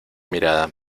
mirada